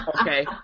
okay